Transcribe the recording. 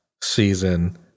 season